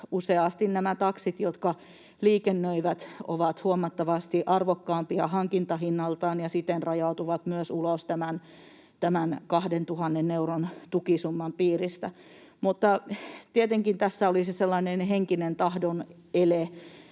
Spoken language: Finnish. useasti nämä taksit, jotka liikennöivät, ovat huomattavasti arvokkaampia hankintahinnaltaan ja siten rajautuvat myös ulos tämän 2 000 euron tukisumman piiristä. Mutta tietenkin tässä olisi sellainen henkinen tahdon ele,